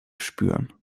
spüren